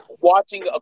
watching